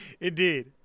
Indeed